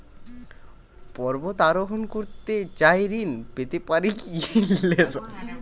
পর্বত আরোহণ করতে চাই ঋণ পেতে পারে কি?